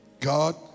God